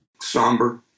Somber